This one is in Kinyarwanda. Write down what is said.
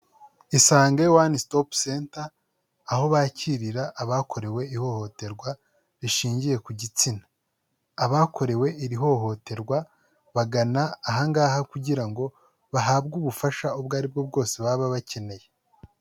Isange wani sitopu senta, aho bakirira abakorewe ihohoterwa rishingiye ku gitsina. Abakorewe iri hohoterwa bagana aha ngaha kugira ngo bahabwe ubufasha ubwo aribwo bwose baba bakeneye.